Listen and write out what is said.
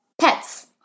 pets